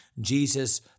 Jesus